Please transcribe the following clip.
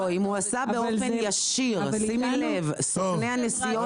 לא, אם הוא עשה באופן ישיר ולא דרך סוכני נסיעות.